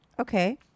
okay